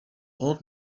old